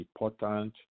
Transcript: important